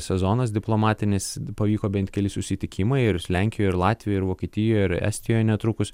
sezonas diplomatinis pavyko bent keli susitikimai ir lenkijoj ir latvijoj ir vokietijoj ir estijoj netrukus